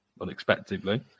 unexpectedly